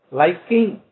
liking